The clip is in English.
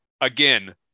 Again